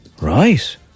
Right